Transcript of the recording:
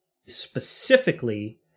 specifically